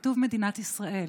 כתוב "מדינת ישראל".